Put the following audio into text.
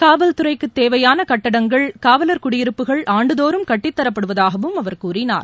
காவல் துறைக்கு தேவையான கட்டங்கள் காவலர் குடியிருப்புகள் ஆண்டுதோறும் கட்டித்தரப்படுவதாகவும் அவர் கூறினார்